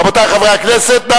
רבותי חברי הכנסת, נא